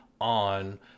on